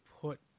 put